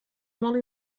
molt